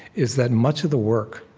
is that much of the work,